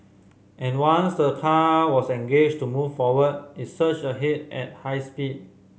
and once the car was engaged to move forward it surged ahead at high speed